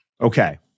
Okay